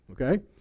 Okay